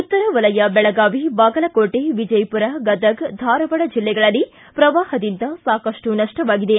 ಉತ್ತರ ವಲಯ ಬೆಳಗಾವಿ ಬಾಗಲಕೋಟೆ ವಿಜಯಪುರ ಗದಗ ಧಾರವಾಡ ಜೆಲ್ಲೆಗಳಲ್ಲಿ ಪ್ರವಾಹದಿಂದ ಸಾಕಪ್ಪು ನಪ್ಸವಾಗಿದೆ